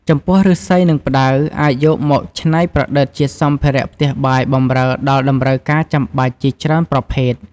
ចំពោះឫស្សី និងផ្តៅអាចយកមកច្នៃប្រឌិតជាសម្ភារៈផ្ទះបាយបម្រើដល់តម្រូវការចាំបាច់ជាច្រើនប្រភេទ។